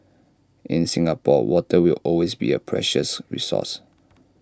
in Singapore water will always be A precious resource